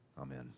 Amen